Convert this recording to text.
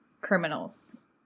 criminals